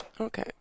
Okay